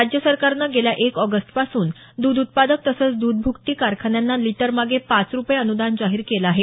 राज्य सरकारनं गेल्या एक ऑगस्टपासून द्ध उत्पादक तसंच द्ध भ्कटी कारखान्यांना लीटरमागे पाच रुपये अन्दान जाहीर केलं आहे